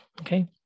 okay